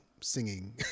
singing